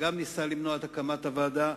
שגם הוא ניסה למנוע את הקמת הוועדה,